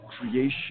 creation